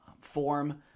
form